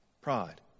Pride